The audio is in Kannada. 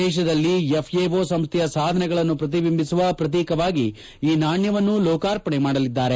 ದೇಶದಲ್ಲಿ ಎಫ್ಎಒ ಸಂಸ್ಥೆಯ ಸಾಧನೆಗಳನ್ನು ಪ್ರತಿಬಿಂಬಿಸುವ ಪ್ರತೀಕವಾಗಿ ಈ ನಾಣ್ಣವನ್ನು ಲೋಕಾರ್ಪಣೆ ಮಾಡಲಿದ್ದಾರೆ